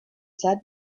said